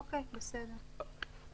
אוקיי, בסדר.